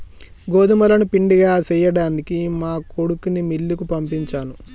గోదుములను పిండిగా సేయ్యడానికి మా కొడుకుని మిల్లుకి పంపించాను